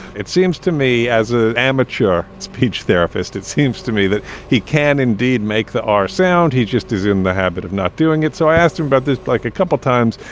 it seems to me, as a amature speech therapist. it seems to me that he can indeed make the r sound. he's just as in the habit of not doing it. so i asked him about this like a couple of times.